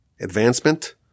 advancement